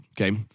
Okay